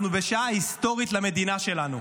אנחנו בשעה היסטורית למדינה שלנו.